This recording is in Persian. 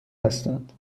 هستند